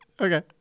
Okay